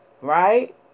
right